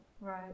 Right